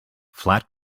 flat